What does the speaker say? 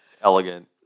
elegant